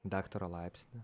daktaro laipsnį